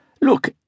Look